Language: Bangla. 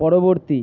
পরবর্তী